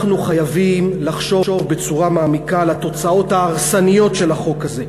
אנחנו חייבים לחשוב בצורה מעמיקה על התוצאות ההרסניות של החוק הזה,